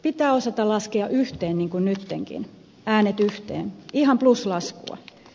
pitää osata laskea äänet yhteen niin kuin nytkin ihan pluslaskua